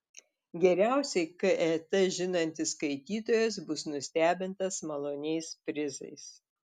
geriausiai ket žinantis skaitytojas bus nustebintas maloniais prizais